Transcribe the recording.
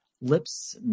Lips